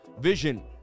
Vision